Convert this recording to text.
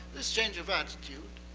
this change of attitude,